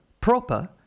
proper